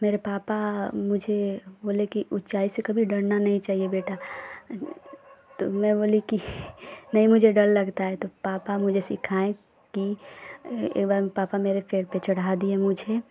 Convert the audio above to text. मेरे पापा मुझे बोले कि ऊँचाईया से कभी डरना नहीं चाहिए बेटा तो मैं बोली कि नहीं मुझे डर लगता है तो पापा मुझे सिखाएँ कि एक बार पापा मेरे पेड़ पर चढ़ा दिए मुझे